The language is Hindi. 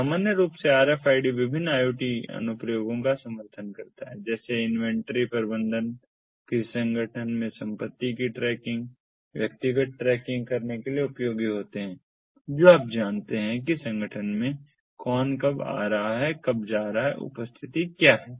सामान्य रूप से RFID विभिन्न IoT अनुप्रयोगों का समर्थन करता है जैसे इन्वेंट्री प्रबंधन किसी संगठन में संपत्ति की ट्रैकिंग व्यक्तिगत ट्रैकिंग करने के लिए उपयोगी होते हैं जो आप जानते हैं कि संगठन में कौन कब आ रहा है कब जा रहा है उपस्थिति क्या है